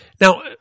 Now